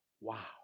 Wow